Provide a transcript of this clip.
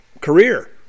career